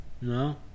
No